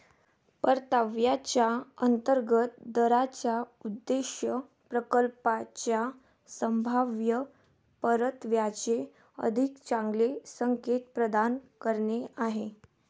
परताव्याच्या अंतर्गत दराचा उद्देश प्रकल्पाच्या संभाव्य परताव्याचे अधिक चांगले संकेत प्रदान करणे आहे